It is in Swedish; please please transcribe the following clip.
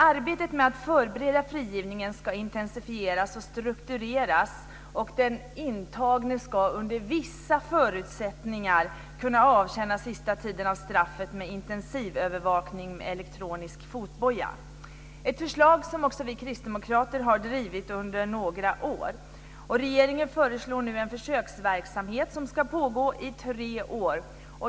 Arbetet med att förbereda frigivningen ska intensifieras och struktureras, och den intagne ska under vissa förutsättningar kunna avtjäna sista tiden av straffet med intensivövervakning med elektronisk fotboja. Det är ett förslag som också vi kristdemokrater har drivit under några år. Regeringen föreslår nu en försöksverksamhet som ska pågå i tre år.